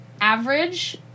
Average